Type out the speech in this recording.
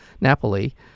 Napoli